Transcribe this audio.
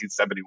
1971